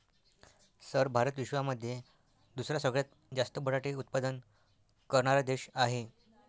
sir Bharat विश्वामध्ये दुसरा सगळ्यात जास्त बटाटे उत्पादन करणारा देश आहे